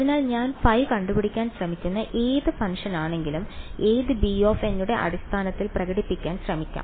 അതിനാൽ ഞാൻ ϕ കണ്ടുപിടിക്കാൻ ശ്രമിക്കുന്ന ഏത് ഫംഗ്ഷനാണെങ്കിലും അത് bn യുടെ അടിസ്ഥാനത്തിൽ പ്രകടിപ്പിക്കാൻ ശ്രമിക്കാം